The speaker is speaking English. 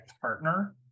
partner